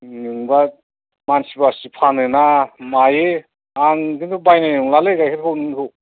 नोंबा मानसि बासि फानोना मायो आं खिन्थु बायनाय नंलालै गाइखेरखौ नोंनिखौ